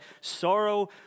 sorrow